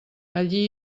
allí